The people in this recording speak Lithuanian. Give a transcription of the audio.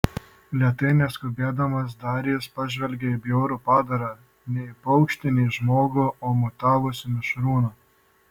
lėtai neskubėdamas darijus pažvelgė į bjaurų padarą nei paukštį nei žmogų o mutavusį mišrūną